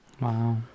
Wow